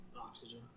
Oxygen